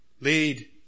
lead